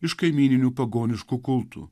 iš kaimyninių pagoniškų kultų